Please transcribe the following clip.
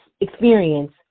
experience